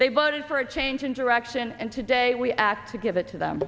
they voted for a change in direction and today we act to give it to them